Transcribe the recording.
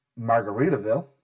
Margaritaville